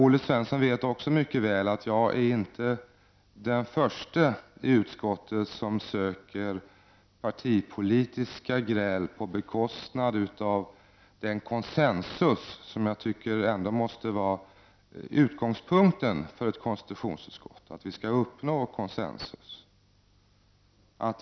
Olle Svensson vet också mycket väl att jag inte är den förste i utskottet som söker partipolitiska gräl på bekostnad av den konsensus som konstitutionsutskottet måste ha som utgångspunkt att uppnå.